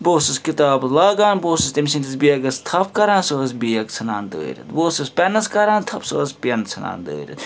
بہٕ اوسُس کِتابہٕ لاگان بہٕ اوسُس تٔمۍ سٕنٛدِس بیٚگَس تھَپھ کَران سۄ ٲسۍ بیٚگ ژھٕنان دٲرِتھ بہٕ اوسُس پیٚنَس کَران تھَپھ سۄ ٲسۍ پیٚن ژھٕنان دٲرِتھ